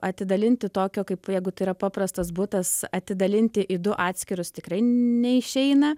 atidalinti tokio kaip jeigu tai yra paprastas butas atidalinti į du atskirus tikrai neišeina